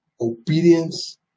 Obedience